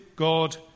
God